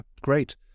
great